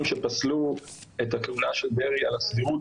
שפסלו את התלונה של דרעי על הסבירות,